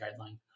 guideline